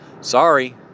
Sorry